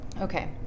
Okay